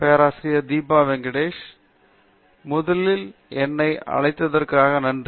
பேராசிரியர் தீபா வெங்கடேஷ் முதலில் என்னை அழைத்ததற்காக நன்றி